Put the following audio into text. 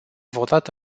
votat